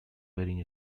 wearing